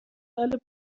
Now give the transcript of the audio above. اهل